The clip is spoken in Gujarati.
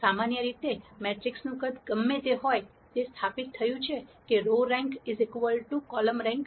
સામાન્ય રીતે મેટ્રિક્સનું કદ ગમે તે હોય તે સ્થાપિત થયું છે કે રો રેન્ક કોલમ રેન્ક